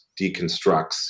deconstructs